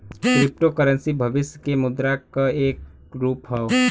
crypto currency भविष्य के मुद्रा क एक रूप हौ